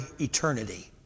eternity